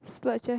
splurge eh